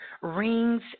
rings